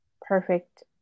perfect